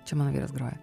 čia mano vyras groja